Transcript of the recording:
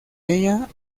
ella